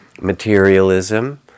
materialism